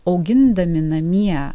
augindami namie